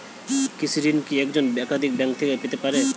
কৃষিঋণ কি একজন একাধিক ব্যাঙ্ক থেকে পেতে পারে?